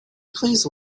please